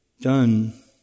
done